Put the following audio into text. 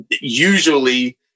usually